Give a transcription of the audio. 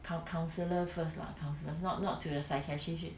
coun~ coun~ counsellor first lah counsellor not not to the psychiatrist